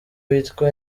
witwa